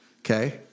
Okay